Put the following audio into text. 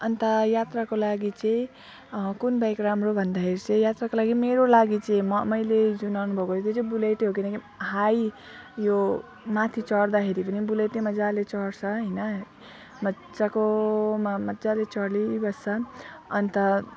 अनि त यात्राको लागि चाहिँ कुन बाइक राम्रो हो भन्दाखेरि चाहिँ यात्राको लागि चाहिँ मेरो लागि चाहिँ म मैले जुन अनुभव गर्दैछु बुलेटै हो किनकि हाई यो माथि चढ्दाखेरि पनि बुलेटै मजाले चढ्छ हैन मजाको मा मज्जाले चलिबस्छन् अनि त